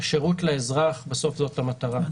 השירות לאזרח בסוף זאת המטרה,